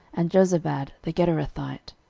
and josabad the gederathite,